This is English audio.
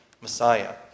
Messiah